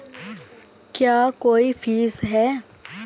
क्या कोई फीस है?